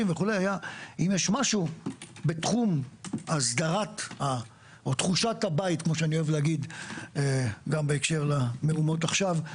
וכו' היה אם יש משהו בתחום תחושת הבית גם בהקשר המהומות עכשיו,